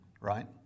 right